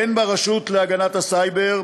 הן ברשות להגנת הסייבר,